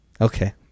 Okay